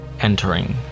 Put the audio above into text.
entering